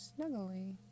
snuggly